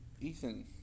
Ethan